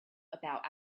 about